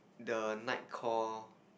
the nightcall